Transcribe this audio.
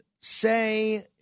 say